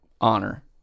honor